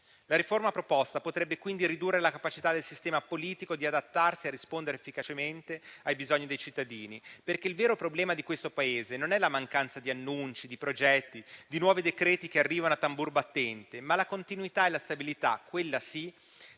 La riforma proposta potrebbe quindi ridurre la capacità del sistema politico di adattarsi e rispondere efficacemente ai bisogni dei cittadini. Il vero problema di questo Paese non è la mancanza di annunci, di progetti, di nuovi decreti che arrivano a tamburo battente, ma solo la continuità e la stabilità - quella sì